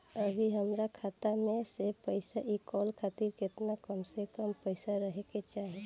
अभीहमरा खाता मे से पैसा इ कॉल खातिर केतना कम से कम पैसा रहे के चाही?